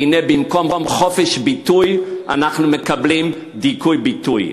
והנה, במקום חופש ביטוי אנחנו מקבלים דיכוי ביטוי.